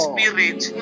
Spirit